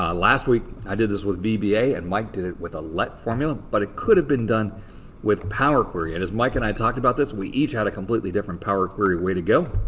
ah last week, i did this with vba. and mike did it with a let formula. but it could have been done with power query. and as mike and i talked about this, we each had a completely different power query way to go.